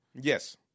Yes